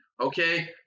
Okay